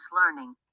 learning